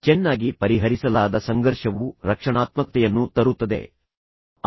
ಚೆನ್ನಾಗಿ ಪರಿಹರಿಸಲಾದ ಸಂಘರ್ಷವು ರಕ್ಷಣಾತ್ಮಕತೆಯನ್ನು ತರುವ ಸಾಮರ್ಥ್ಯವನ್ನು ಹೊಂದಿದೆ ಎಂಬುದನ್ನು ಮೊದಲು ಅರ್ಥಮಾಡಿಕೊಳ್ಳಿ